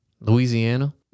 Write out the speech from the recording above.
Louisiana